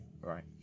right